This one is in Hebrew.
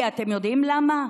אתם יודעים למה?